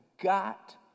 got